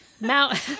Mount